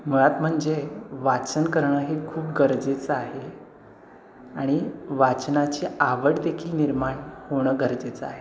मुळात म्हणजे वाचन करणं हे खूप गरजेचं आहे आणि वाचनाची आवड देखील निर्माण होणं गरजेचं आहे